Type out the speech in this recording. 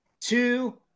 Two